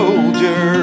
Soldier